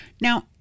Now